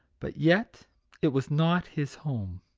but yet it was not his home.